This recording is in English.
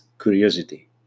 curiosity